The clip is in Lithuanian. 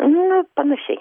nu panašiai